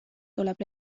tuleb